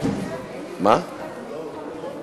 חברתיים (מס הכנסה שלילי)